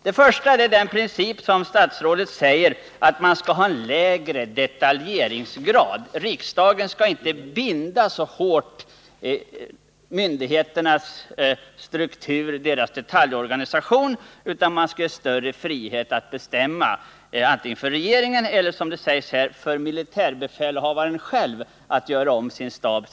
Det första är den princip som statsrådet anför, nämligen att man skall ha en lägre detaljeringsgrad. Riksdagen skall inte så hårt binda myndigheternas struktur och detaljorganisation utan ge större frihet åt antingen regeringen eller, som det sägs här, militärbefälhavaren själv att bestämma.